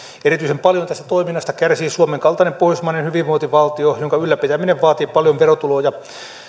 erityisen paljon tästä toiminnasta kärsii suomen kaltainen pohjoismainen hyvinvointivaltio jonka ylläpitäminen vaatii paljon verotuloja